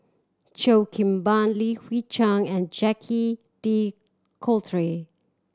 Cheo Kim Ban Li Hui Cheng and Jacque De Coutre